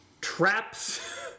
traps